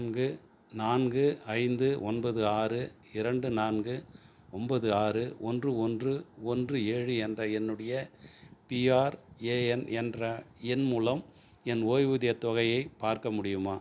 நான்கு நான்கு ஐந்து ஒன்பது ஆறு இரண்டு நான்கு ஒன்போது ஆறு ஒன்று ஒன்று ஒன்று ஏழு என்ற என்னுடைய பிஆர்ஏஎன் என்ற எண் மூலம் என் ஓய்வூதியத் தொகையை பார்க்க முடியுமா